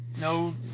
no